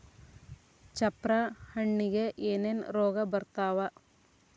ಚಪ್ರ ಹಣ್ಣಿಗೆ ಏನೇನ್ ರೋಗ ಬರ್ತಾವ?